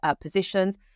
positions